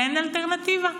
תן אלטרנטיבה.